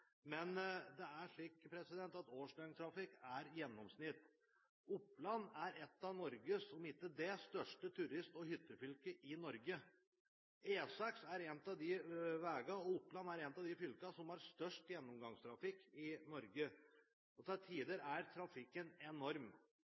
men det er slik at årsdøgntrafikk er et gjennomsnitt. Oppland er et av Norges største – om ikke det største – turist- og hyttefylket i Norge. E6 er en av de veiene og Oppland er et av de fylkene som har størst gjennomgangstrafikk i Norge. Til tider